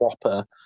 proper